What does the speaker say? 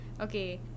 Okay